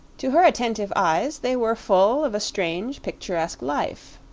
to her attentive eyes they were full of a strange picturesque life,